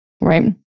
right